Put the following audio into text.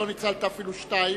ולא ניצלת אפילו שתיים.